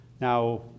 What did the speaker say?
Now